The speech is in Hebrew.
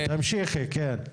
תמשיכי, כן.